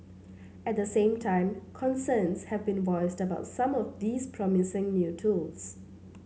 at the same time concerns have been voiced about some of these promising new tools